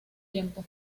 tiempo